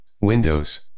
Windows